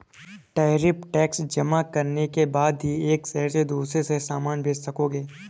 tariff tax जमा करने के बाद ही एक शहर से दूसरे शहर सामान भेज सकोगे